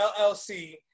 LLC